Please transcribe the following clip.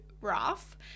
rough